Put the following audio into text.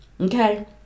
Okay